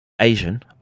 Asian